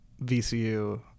VCU